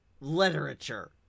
literature